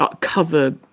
cover